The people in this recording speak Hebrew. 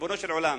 ריבונו של עולם,